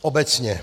Obecně.